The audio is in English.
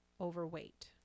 overweight